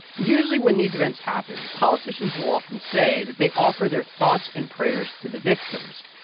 usually, when these events happen, politicians will often say that they offer their thoughts and prayers to the victims.